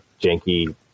janky